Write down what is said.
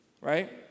Right